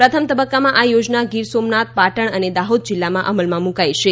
પ્રથમ તબક્કામાં આ યોજના ગીર સોમનાથ પાટણ અને દાહોદ જિલ્લામાં અમલમાં મૂકાઈ છે